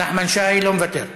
נחמן שי לא מוותר.